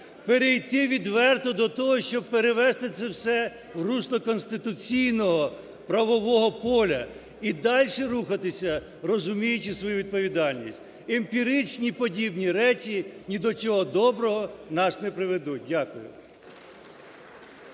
перейти відверто до того, щоб перевести це все в русло конституційного, правового поля. І дальше рухатися, розуміючи свою відповідальність. Емпіричні подібні речі ні до чого доброго нас не доведуть. Дякую.